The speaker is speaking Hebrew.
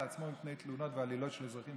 עצמו מפני תלונות ועלילות של אזרחים,